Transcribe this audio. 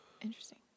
interesting